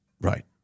Right